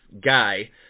guy